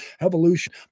evolution